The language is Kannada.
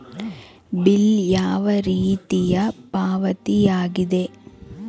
ಬಿಲ್ ಯಾವ ರೀತಿಯ ಪಾವತಿಯಾಗಿದೆ?